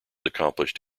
accomplished